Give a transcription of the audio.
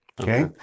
okay